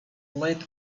late